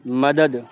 مدد